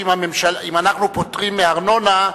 שאם אנחנו פוטרים מארנונה,